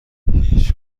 هیچ